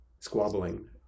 Squabbling